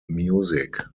music